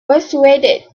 persuaded